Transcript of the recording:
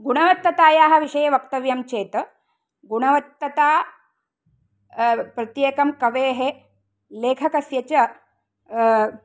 गुणवत्ततायाः विषये वक्तव्यं चेत् गुणवत्तता प्रत्येकं कवेः लेखकस्य च